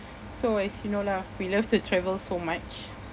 so as you know lah we love to travel so much